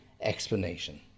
explanation